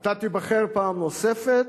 אתה תיבחר פעם נוספת,